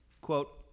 Quote